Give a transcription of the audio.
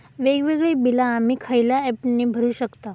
वेगवेगळी बिला आम्ही खयल्या ऍपने भरू शकताव?